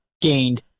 gained